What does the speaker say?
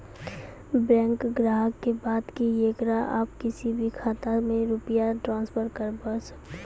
Bank ग्राहक के बात की येकरा आप किसी भी खाता मे रुपिया ट्रांसफर करबऽ?